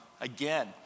again